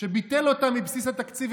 ביטל אותם מבסיס התקציב,